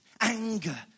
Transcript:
anger